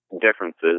differences